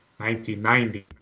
1990